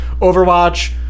Overwatch